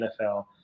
NFL